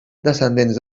descendents